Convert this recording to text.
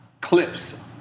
clips